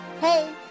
Hey